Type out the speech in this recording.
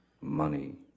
money